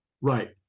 right